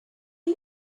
you